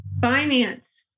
finance